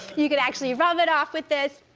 you can actually rub it off with this.